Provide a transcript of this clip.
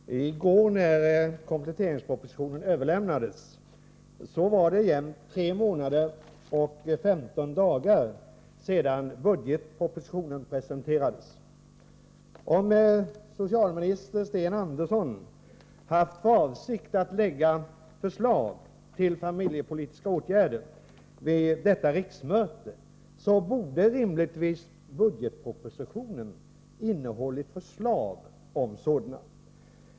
Herr talman! I går när kompletteringspropositionen överlämnades var det jämnt 3 månader och 15 dagar sedan budgetpropositionen presenterades. Om socialminister Sten Andersson haft för avsikt att lägga fram förslag till familjepolitiska åtgärder vid detta riksmöte, borde rimligtvis budgetpropositionen ha innehållit förslag om sådana.